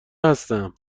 هستم